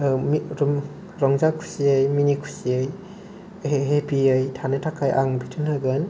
रंजा खुसियै मिनि खुसियै हेपियै थानो थाखाय आं बिथोन होगोन